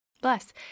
Bless